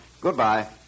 Goodbye